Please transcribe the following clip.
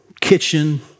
kitchen